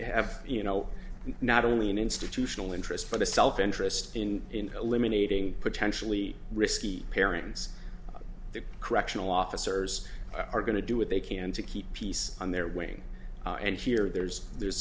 have you know not only an institutional interest but a self interest in eliminating potentially risky pairings the correctional officers are going to do what they can to keep peace on their wing and here there's there's